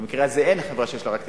במקרה הזה אין חברה שיש לה רק טלוויזיה,